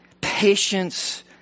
patience